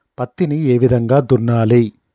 పత్తిని ఏ విధంగా దున్నాలి?